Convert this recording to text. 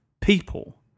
people